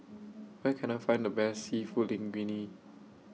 Where Can I Find The Best Seafood Linguine